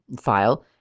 file